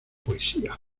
poesía